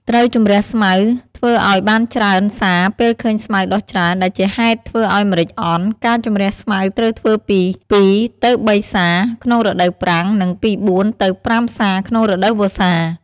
ត្រូវជម្រះស្មៅធ្វើឱ្យបានច្រើនសារពេលឃើញស្មៅដុះច្រើន ដែលជាហេតុធ្វើឱ្យម្រេចអន់ ការជម្រះស្មៅត្រូវធ្វើពី ២ទៅ៣សារ ក្នុងរដូវប្រាំង និងពី៤ទៅ៥សារក្នុងរដូវ វស្សារ។